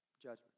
judgment